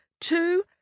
two